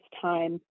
time